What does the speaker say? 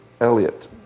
Elliot